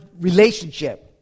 relationship